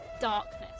darkness